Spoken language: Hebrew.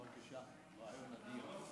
אני חושב שזה רעיון אדיר.